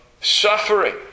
suffering